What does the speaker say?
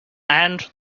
and